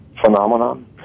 phenomenon